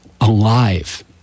alive